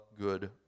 good